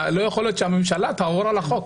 לא יכול להיות שהממשלה תעבור על החוק.